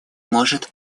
может